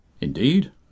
indeed